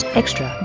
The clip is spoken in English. extra